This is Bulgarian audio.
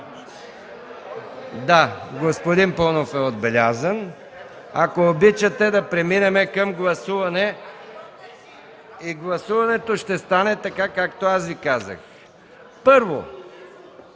Да, господин Паунов е отбелязан. Ако обичате, да преминем към гласуване и гласуването ще стане така, както Ви казах. Поставям